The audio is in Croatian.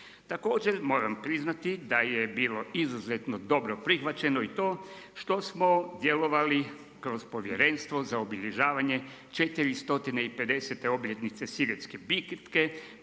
Također moram priznati da je bilo izuzetno dobro prihvaćeno i to što smo djelovali kroz Povjerenstvo za obilježavanje 450. obljetnice Sigetske bitke,